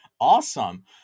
Awesome